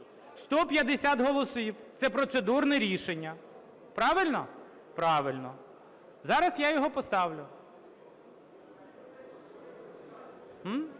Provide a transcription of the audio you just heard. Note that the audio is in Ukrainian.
150 голосів, це процедурне рішення. Правильно? Правильно. Зараз я його поставлю.